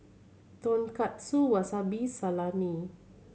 Tonkatsu Wasabi Salami